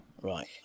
Right